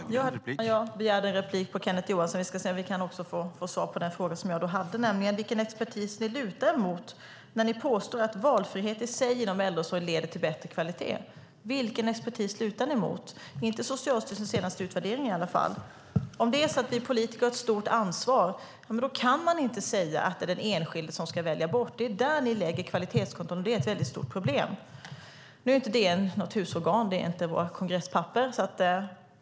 Herr talman! Jag begärde replik på Kenneth Johanssons anförande, och vi ska se om jag också kan få svar på den fråga som jag ställde. Jag undrade vilken expertis ni lutar er mot när ni påstår att valfrihet i sig inom äldreomsorgen leder till bättre kvalitet. Vilken expertis lutar ni er mot? Det är i alla fall inte Socialstyrelsens senaste utvärdering. Om vi politiker har ett stort ansvar kan man inte säga att det är den enskilde som ska välja eller välja bort. Det är där ni lägger kvalitetskontrollen, och det är ett väldigt stort problem. DN är inte något husorgan eller en del av våra kongresspapper.